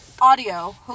Audio